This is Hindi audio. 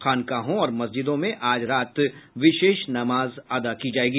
खानकाहों और मस्जिदों में आज रात विशेष नमाज अदा की जायेगी